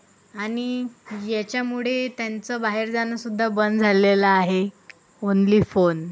आणि याच्यामुळे त्यांचं बाहेर जाणं सुद्धा बंद झालेलं आहे ओन्ली फोन